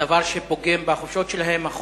דבר שפוגם בחופשות שלהם.